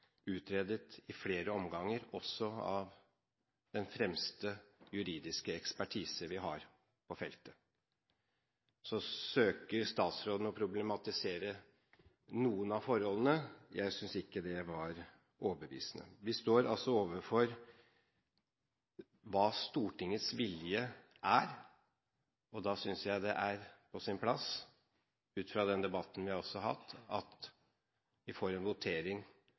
utredet i flere omganger, også av den fremste juridiske ekspertise vi har på feltet. Så forsøkte statsråden å problematisere noen av forholdene. Jeg synes ikke det var overbevisende. Vi står overfor spørsmålet om hva Stortingets vilje er. Da synes jeg det er på sin plass, også ut fra den debatten vi har hatt, at vi får en votering